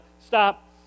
stop